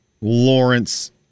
Lawrence